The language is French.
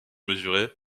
mesuré